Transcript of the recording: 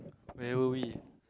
where were we